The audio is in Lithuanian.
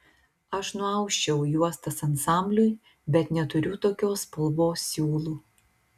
aš nuausčiau juostas ansambliui bet neturiu tokios spalvos siūlų